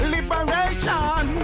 Liberation